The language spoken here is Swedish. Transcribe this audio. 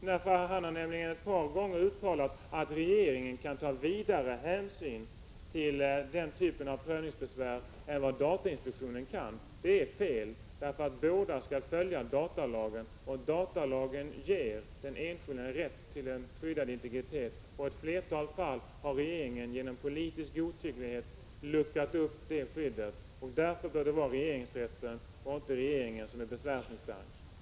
Justitieministern har nämligen ett par gånger uttalat att regeringen kan ta en vidare hänsyn till denna typ av besvär än vad datainspektionen kan. Det är fel, för båda skall följa datalagen, och datalagen ger den enskilde rätt till skyddad integritet. I ett flertal fall har regeringen genom politisk godtycklighet luckrat upp det skyddet. Därför bör det vara regeringsrätten, inte regeringen, som är besvärsinstansen i dessa frågor.